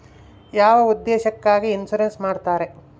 ಯಾವ ಉದ್ದೇಶಕ್ಕಾಗಿ ಇನ್ಸುರೆನ್ಸ್ ಮಾಡ್ತಾರೆ?